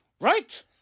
Right